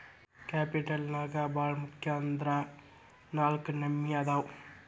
capital ನ್ಯಾಗ್ ಭಾಳ್ ಮುಖ್ಯ ಅಂದ್ರ ನಾಲ್ಕ್ ನಮ್ನಿ ಅದಾವ್